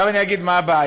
עכשיו אני אגיד מה הבעיה,